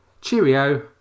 cheerio